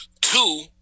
two